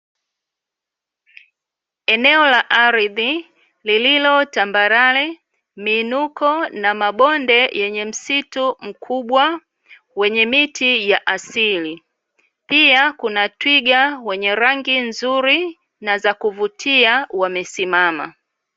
Eneo la ardhi lililo tambarare, miinuko na mabonde yenye msitu mkubwa wenye miti ya asili. Pia kuna twiga wenye rangi nzuri na za kuvutia, wamesimama.